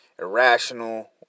irrational